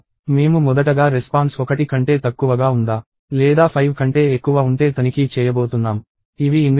మేము మొదటగా రెస్పాన్స్ ఒకటి కంటే తక్కువగా ఉందా లేదా 5 కంటే ఎక్కువ ఉంటే తనిఖీ చేయబోతున్నాం ఇవి ఇన్వ్యాలిడ్ రెస్పాన్స్